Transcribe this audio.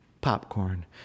popcorn